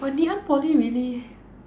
!wah! Ngee-Ann-Poly really